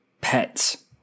pets